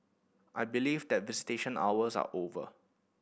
I believe that visitation hours are over